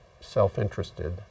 self-interested